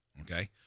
Okay